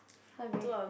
okay